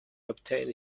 obtained